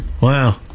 Wow